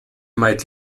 might